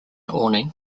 awning